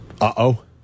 Uh-oh